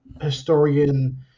historian –